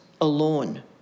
alone